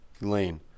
Lane